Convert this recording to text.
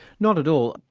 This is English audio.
not at all.